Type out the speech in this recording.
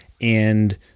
and-